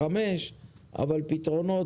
5% אבל פתרונות,